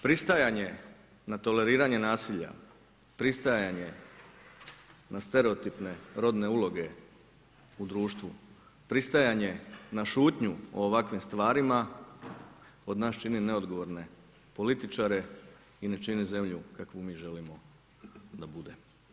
Pristajanje na toleriranje nasilja, pristajanje na stereotipne rodne ideologije u društvu, pristajanje na šutnju o ovakvim stvarima, od nas čini neodgovorno političare i ne čini zemlju kakvu mi želimo da bude.